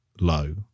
low